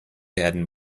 werden